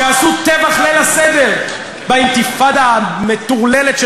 שעשו טבח ליל הסדר באינתיפאדה המטורללת של